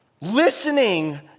listening